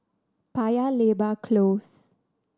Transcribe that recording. Paya Lebar Close